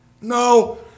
No